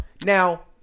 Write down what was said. Now